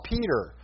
Peter